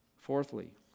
Fourthly